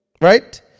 right